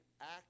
act